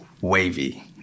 Wavy